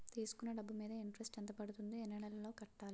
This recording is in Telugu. తీసుకున్న డబ్బు మీద ఇంట్రెస్ట్ ఎంత పడుతుంది? ఎన్ని నెలలో కట్టాలి?